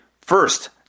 first